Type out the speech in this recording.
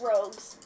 rogues